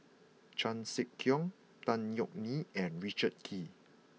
Chan Sek Keong Tan Yeok Nee and Richard Kee